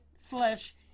flesh